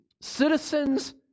citizens